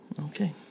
Okay